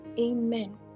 amen